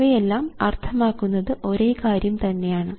അവയെല്ലാം അർത്ഥമാക്കുന്നത് ഒരേ കാര്യം തന്നെയാണ്